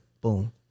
boom